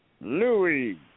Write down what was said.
Louis